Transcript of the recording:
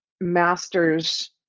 master's